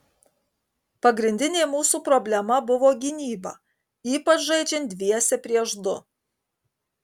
pagrindinė mūsų problema buvo gynyba ypač žaidžiant dviese prieš du